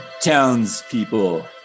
townspeople